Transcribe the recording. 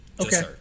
Okay